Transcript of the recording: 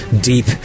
deep